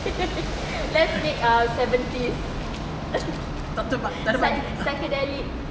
just take ah seventies psy~ psychedelic